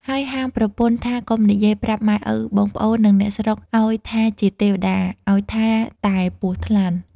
ហើយហាមប្រពន្ធថាកុំនិយាយប្រាប់ម៉ែឪបងប្អូន និងអ្នកស្រុកឱ្យថាជាទេវតា ឱ្យថាតែ ពស់ថ្លាន់។